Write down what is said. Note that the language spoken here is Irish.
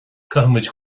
caithfimid